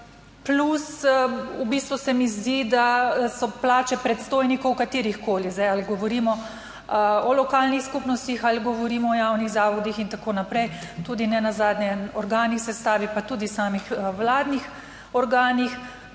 Plus v bistvu se mi zdi, da so plače predstojnikov, katerihkoli, zdaj ali govorimo o lokalnih skupnostih ali govorimo o javnih zavodih in tako naprej, tudi nenazadnje organih sestave tudi samih vladnih organih,